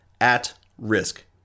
at-risk